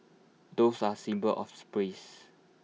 doves are symbol of